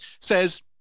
says